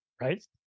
Right